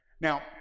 Now